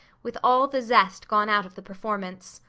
with all the zest gone out of the performance.